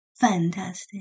fantastic